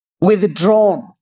withdrawn